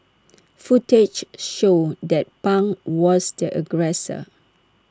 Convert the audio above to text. footage showed that pang was the aggressor